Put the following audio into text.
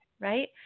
right